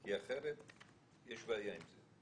כי אחרת יש בעיה עם זה.